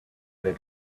their